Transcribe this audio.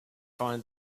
find